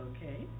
Okay